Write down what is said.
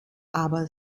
aber